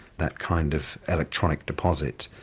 that kind of electronic deposit,